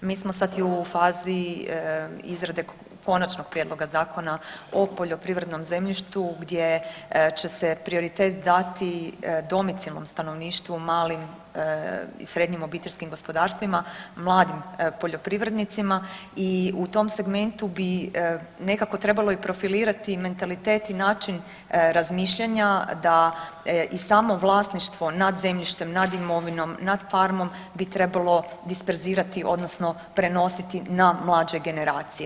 Mi smo sad i u fazi izrade konačnog prijedloga zakona o poljoprivrednom zemljištu gdje će se prioritet dati domicilnom stanovništvu, malim i srednjim obiteljskim gospodarstvima, mladim poljoprivrednicima i u tom segmentu bi nekako i trebalo profilirati mentalitet i način razmišljanja da i samo vlasništvo nad zemljištem, nad imovinom, nad farmom bi trebalo disperzirati odnosno prenositi na mlađe generacije.